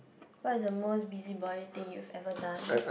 what is the most busybody thing you have ever done